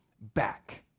back